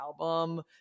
album